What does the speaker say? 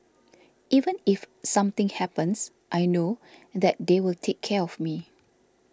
even if something happens I know that they will take care of me